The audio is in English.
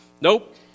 Nope